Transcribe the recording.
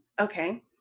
Okay